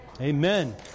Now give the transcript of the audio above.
Amen